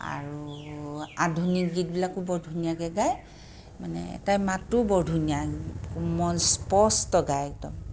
আৰু আধুনিক গীতবিলাকো বৰ ধুনীয়াকৈ গায় মানে তাইৰ মাতটোও বৰ ধুনীয়া কোমল স্পষ্ট গায় একদম